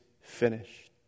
finished